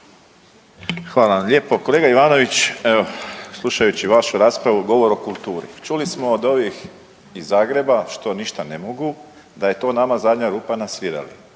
Hvala vam lijepo. Kolega Ivanović, evo slušajući vašu raspravu govor o kulturi. Čuli smo od ovih iz Zagreba što ništa ne mogu, da je to nama zadnja rupa na svirali.